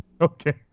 Okay